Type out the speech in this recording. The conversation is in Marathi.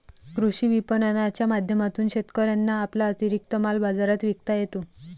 कृषी विपणनाच्या माध्यमातून शेतकऱ्यांना आपला अतिरिक्त माल बाजारात विकता येतो